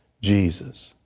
jesus,